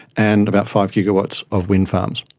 and about five gigawatts of wind farms.